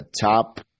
top